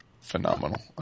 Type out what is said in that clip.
phenomenal